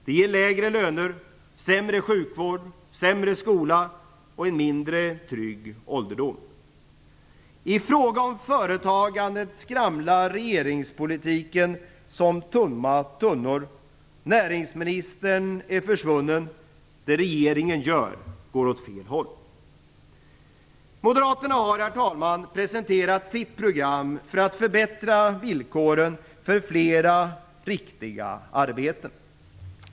Det ger lägre löner, sämre sjukvård, sämre skola och en mindre trygg ålderdom. I fråga om företagandet skramlar regeringspolitiken som tomma tunnor. Näringsministern är försvunnen. Det regeringen gör går åt fel håll. Moderaterna har, herr talman, presenterat sitt program för att förbättra villkoren för flera, riktiga arbeten.